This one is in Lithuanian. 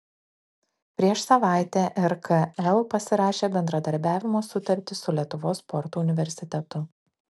prieš savaitę rkl pasirašė bendradarbiavimo sutartį su lietuvos sporto universitetu